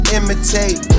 imitate